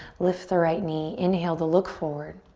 lift the right knee, inhale to look forward.